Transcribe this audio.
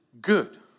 good